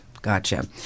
gotcha